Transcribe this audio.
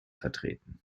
vertreten